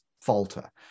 falter